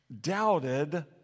doubted